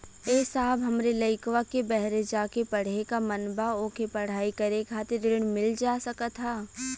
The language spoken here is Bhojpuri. ए साहब हमरे लईकवा के बहरे जाके पढ़े क मन बा ओके पढ़ाई करे खातिर ऋण मिल जा सकत ह?